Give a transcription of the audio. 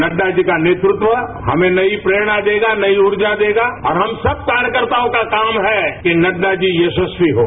नड्डा जो का नेतृत्व हमें नई प्रेरणा देगा नई रूर्जा देगा और हम सब कार्यकर्ताओं का काम है कि नड्डा जी यशस्वी हों